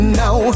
now